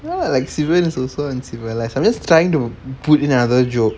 ya like siblings also uncivilised I'm just trying to put in another joke